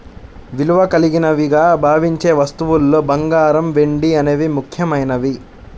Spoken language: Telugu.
విలువ కలిగినవిగా భావించే వస్తువుల్లో బంగారం, వెండి అనేవి ముఖ్యమైనవి